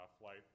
flight